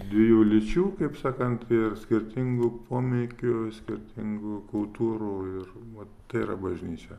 dviejų lyčių kaip sakant ir skirtingų pomėgių skirtingų kultūrų ir va tai yra bažnyčia